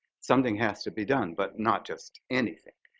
something has to be done, but not just anything.